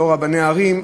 לא רבני ערים,